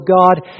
God